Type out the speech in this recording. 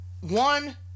One